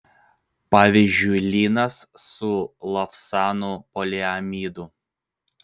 pavyzdžiui linas su lavsanu poliamidu